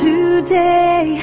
Today